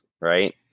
right